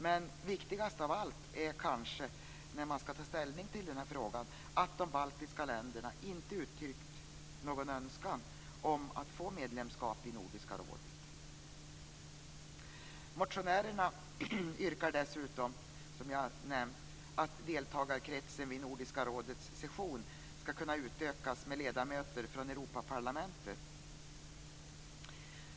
Men viktigast av allt när man ska ta ställning till den här frågan är kanske att de baltiska länderna inte uttryckt någon önskan om att få medlemskap i Nordiska rådet. Motionärerna yrkar dessutom, som jag nämnt, att deltagarkretsen vid Nordiska rådets session ska kunna utökas med ledamöter från Europaparlamentet.